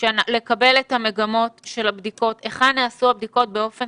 לקבל את מגמות הבדיקות, היכן נעשו הבדיקות באופן